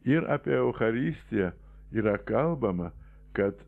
ir apie eucharistiją yra kalbama kad